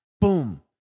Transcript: Boom